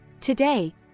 Today